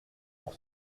pour